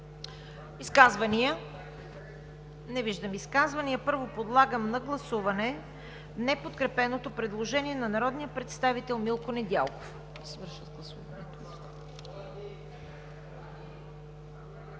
Изказвания? Не виждам. Първо подлагам на гласуване неподкрепеното предложение на народния представител Милко Недялков.